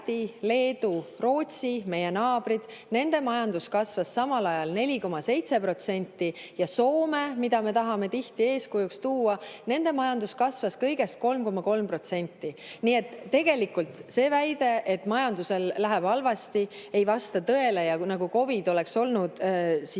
Läti, Leedu ja Rootsi, meie naabrid – nende majandus kasvas samal ajal 4,7% – ja Soome, keda me tahame tihti eeskujuks tuua – nende majandus kasvas kõigest 3,3%. Nii et tegelikult see väide, et majandusel läheb halvasti, ei vasta tõele ja ka see [ei vasta